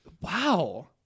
wow